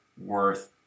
worth